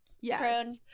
Yes